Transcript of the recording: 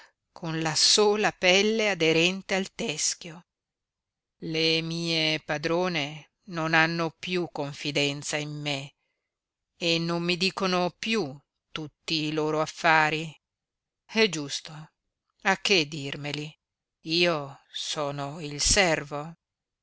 con la sola pelle aderente al teschio le mie padrone non hanno piú confidenza in me e non mi dicono piú tutti i loro affari è giusto a che dirmeli io sono il servo